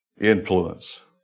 influence